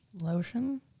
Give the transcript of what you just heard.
lotion